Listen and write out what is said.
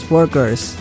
Workers